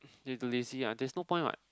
day to day see ah there's no point [what]